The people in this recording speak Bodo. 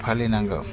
फालिनांगौ